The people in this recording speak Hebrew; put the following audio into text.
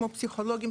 כמו פסיכולוגים,